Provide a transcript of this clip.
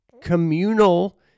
communal